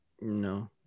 No